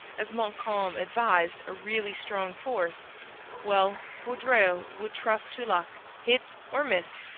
as montcalm advised, a really strong force well, vaudreuil would trust to luck, hit or miss,